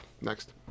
next